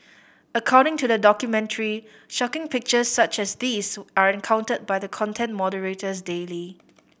according to the documentary shocking pictures such as these are encountered by the content moderators daily